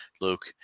Luke